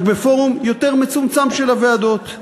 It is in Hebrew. רק בפורום יותר מצומצם של הוועדות.